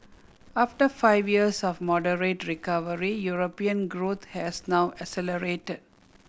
after five years of moderate recovery European growth has now accelerated